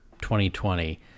2020